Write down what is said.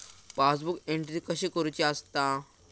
Passbook entry कशी करुची असता?